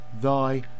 Thy